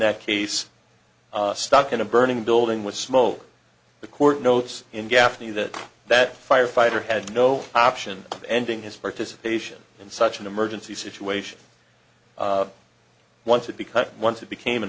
that case stuck in a burning building with smoke the court notes in gaffney that that firefighter had no option of ending his participation in such an emergency situation once it because once it became an